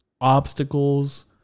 obstacles